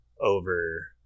over